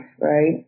right